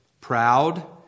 proud